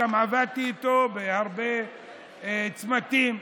גם עבדתי איתו בהרבה צמתים.